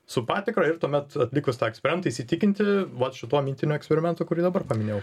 su patikra ir tuomet atlikus tą eksprentą įsitikinti vat šituo mintiniu eksperimentu kurį dabar paminėjau